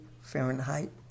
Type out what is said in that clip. fahrenheit